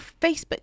Facebook